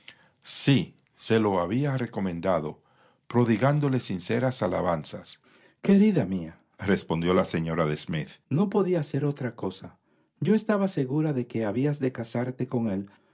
si se lo había recomendado prodigándole sinceras alabanzas querida míarespondió la señora de smith no podía hacer otra cosa yo estaba segura de que habías de casarte con él